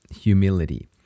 humility